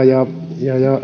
ja